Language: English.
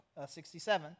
67